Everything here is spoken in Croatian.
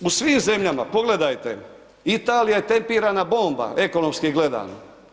U svim zemljama, pogledajte, Italija je tempirana bomba, ekonomski gledano.